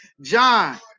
John